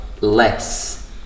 less